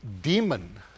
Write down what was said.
demon